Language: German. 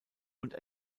und